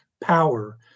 power